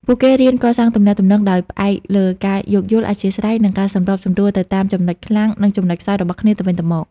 ពួកគេរៀនកសាងទំនាក់ទំនងដោយផ្អែកលើការយោគយល់ អធ្យាស្រ័យ និងការសម្របសម្រួលទៅតាមចំណុចខ្លាំង និងចំណុចខ្សោយរបស់គ្នាទៅវិញទៅមក។